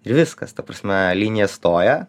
ir viskas ta prasme linija stoja